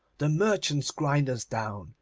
the merchants grind us down,